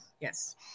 Yes